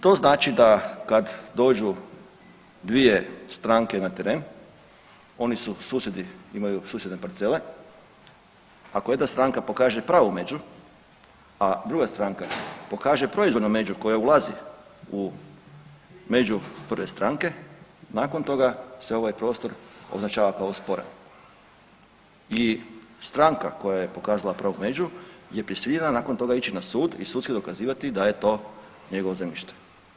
To znači da kad dođu dvije stranke na teren, oni su susjedi, imaju susjedne parcele, ako jedna stranka pokaže pravu među, a druga stranka pokaže proizvoljnu među koja ulazi u među prve stranke nakon toga se ovaj prostor označava kao sporan i stranka koja je pokazala prvu među je prisiljena nakon toga ići na sud i sudski dokazivati da je to njegovo zemljište.